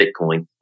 Bitcoin